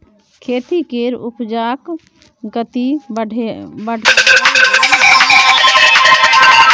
खेती केर उपजाक गति बढ़ाबै लेल दू करोड़ तक रूपैया निबेश कएल गेल छै